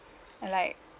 uh like